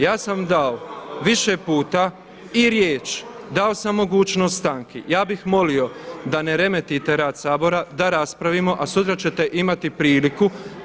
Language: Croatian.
Ja sam dao više puta i riječ, dao sam mogućnost stanki, ja bih molio da ne remetite rad Sabora da raspravimo, a sutra ćete imati priliku.